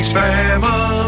family